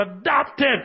adopted